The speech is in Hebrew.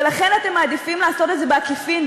ולכן אתם מעדיפים לעשות את זה בעקיפין,